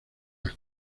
las